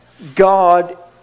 God